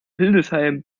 hildesheim